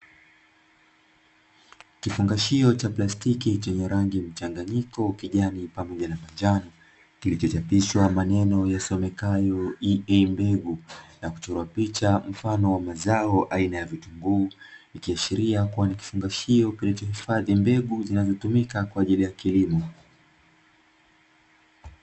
Kifungashio cha plastiki chenye rangi mchanganyiko kijani pamoja na manjano, kilichochapishwa maneno yasomekayo "EA Mbegu" na kuchorwa picha mfano wa mazao aina ya vitunguu ikiashiria kuwa ni kifungashio kikichohifadhi mbegu zinazotumika kwa ajili ya kilimo.